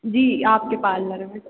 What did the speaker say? जी आपके पार्लर में